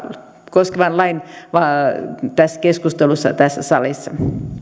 koskevan lain keskustelussa tässä salissa